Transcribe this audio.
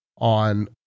on